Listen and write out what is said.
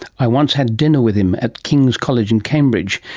i once had dinner with him at king's college in cambridge,